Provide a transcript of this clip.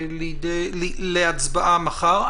להצבעה מחר.